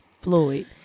Floyd